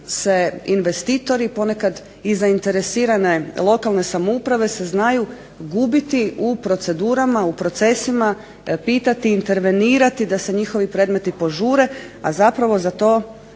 se investitori, ponekad i zainteresirane lokalne samouprave se znaju gubiti u procedurama, u procesima, pitati, intervenirati da se njihovi predmeti požure, a zapravo za to